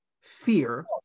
fear